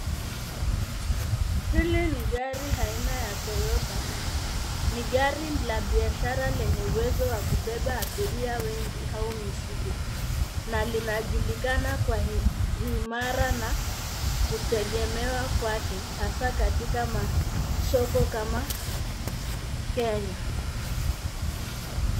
Hili ni gari aina ya Toyota. Ni gari la biashara lenye uwezo wa kubeba abiria wengi au mizigo na linajulikana kwa uimara na kutegemewa kwake hasa katika masoko kama Kenya.